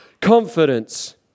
confidence